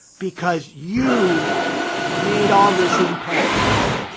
because you made all this impact happen.